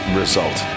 result